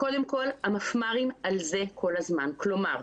קודם כל המפמ"רים כל הזמן "על זה", כלומר,